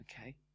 okay